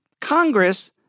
Congress